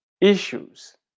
issues